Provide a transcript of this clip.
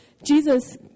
jesus